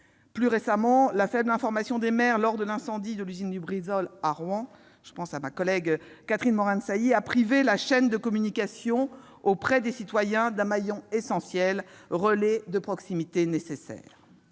Plus récemment, la faible information des maires lors de l'incendie de l'usine Lubrizol de Rouen- je pense à ma collègue Catherine Morin-Desailly - a privé la chaîne de communication auprès des citoyens d'un maillon essentiel, relais de proximité nécessaire.